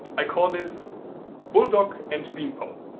i call this bulldog and beanpole